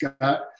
got